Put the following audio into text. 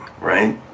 right